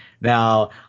now